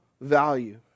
value